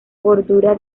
bordura